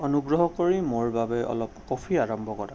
অনুগ্ৰহ কৰি মোৰ বাবে অলপ কফি আৰম্ভ কৰা